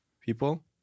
people